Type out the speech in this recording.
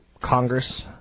Congress